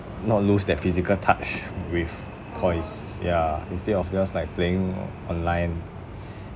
not lose that physical touch with toys ya instead of just like playing online